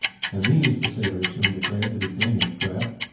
and these the sailors soon declared to be danish craft.